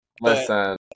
listen